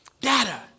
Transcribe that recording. data